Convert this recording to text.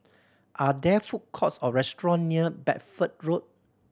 are there food courts or restaurant near Bedford Road